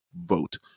vote